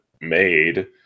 made